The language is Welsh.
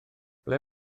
ble